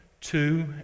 two